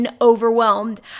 overwhelmed